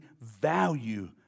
value